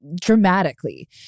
dramatically